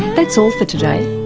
that's all for today.